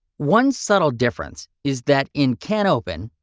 one subtle difference is that in canopen,